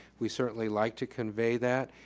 we certainly like to convey that.